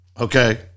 okay